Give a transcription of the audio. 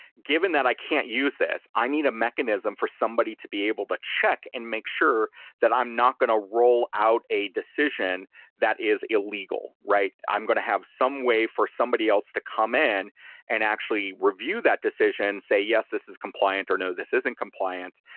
given that i can't use this, i need a mechanism for somebody to be able to check and make sure that i'm not going to roll out a decision that is illegal, right? i'm going to have some way for somebody else to come in and actually review that decision, say, yes. this is compliant, or no. this isn't compliant,